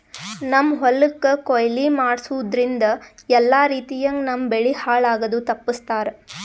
ನಮ್ಮ್ ಹೊಲಕ್ ಕೊಯ್ಲಿ ಮಾಡಸೂದ್ದ್ರಿಂದ ಎಲ್ಲಾ ರೀತಿಯಂಗ್ ನಮ್ ಬೆಳಿ ಹಾಳ್ ಆಗದು ತಪ್ಪಸ್ತಾರ್